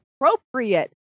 appropriate